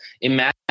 Imagine